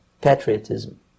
patriotism